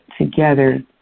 together